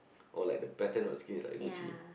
or like the pattern of the skin is like Gucci